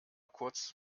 kurz